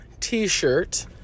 T-shirt